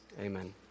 amen